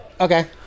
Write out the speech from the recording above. Okay